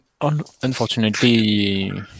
unfortunately